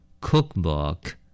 Cookbook